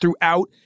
throughout